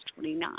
29